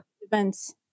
events